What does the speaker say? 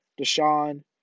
Deshaun